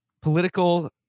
political